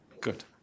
Good